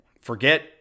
forget